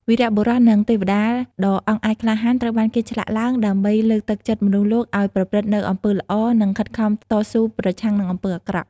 វីរបុរស និងទេវតាដ៏អង់អាចក្លាហានត្រូវបានគេឆ្លាក់ឡើង ដើម្បីលើកទឹកចិត្តមនុស្សលោកឲ្យប្រព្រឹត្តនូវអំពើល្អ និងខិតខំតស៊ូប្រឆាំងនឹងអំពើអាក្រក់។